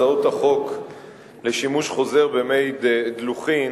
הצעות החוק לשימוש חוזר במי דלוחין